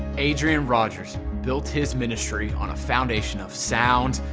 adrian rogers built his ministry on a foundation of sound,